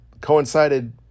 coincided